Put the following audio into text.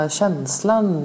känslan